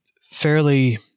fairly